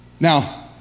Now